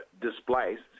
displaced